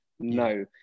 No